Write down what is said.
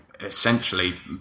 essentially